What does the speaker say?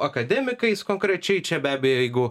akademikais konkrečiai čia be abejo jeigu